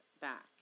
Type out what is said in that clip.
back